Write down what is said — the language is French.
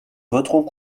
voteront